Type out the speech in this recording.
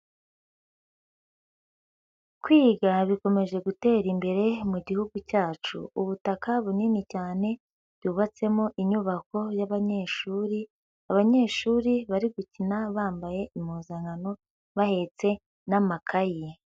Kwiga bikomeje gutera imbere mu gihugu cyacu. Ubutaka bunini cyane bwubatsemo inyubako y'abanyeshuri, abanyeshuri bari gukina bambaye impuzankano bahetse n'amakayi.